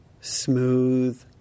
smooth